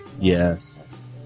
Yes